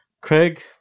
Craig